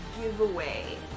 giveaway